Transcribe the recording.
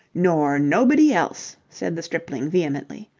nor nobody else, said the stripling vehemently.